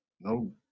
No